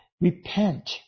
repent